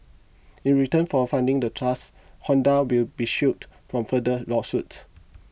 in return for funding the trust Honda will be shielded from further lawsuits